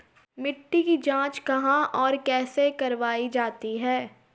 मिट्टी की जाँच कहाँ और कैसे करवायी जाती है?